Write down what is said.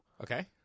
Okay